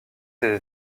ses